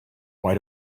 why